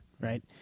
right